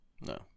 No